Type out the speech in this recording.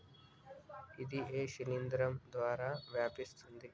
ఇది ఏ శిలింద్రం ద్వారా వ్యాపిస్తది?